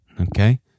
Okay